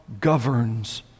governs